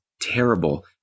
terrible